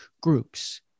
groups